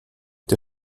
der